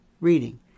reading